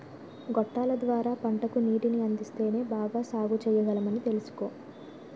గొట్టాల ద్వార పంటకు నీటిని అందిస్తేనే బాగా సాగుచెయ్యగలమని తెలుసుకో